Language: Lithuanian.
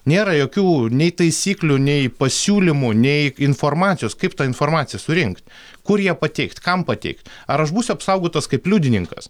nėra jokių nei taisyklių nei pasiūlymų nei informacijos kaip tą informaciją surinkt kur ją pateikt kam pateikt ar aš būsiu apsaugotas kaip liudininkas